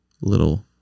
little